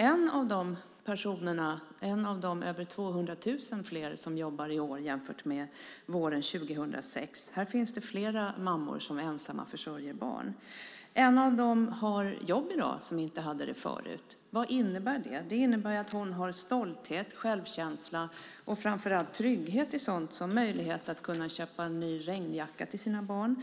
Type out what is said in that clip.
Bland de över 200 000 fler som jobbar i år jämfört med våren 2006 finns det flera ensamstående mammor som försörjer barn. Ett jobb för en ensamstående mamma som inte hade det förut innebär stolthet, självkänsla och framför allt trygghet att kunna köpa till exempel nya regnjackor till barnen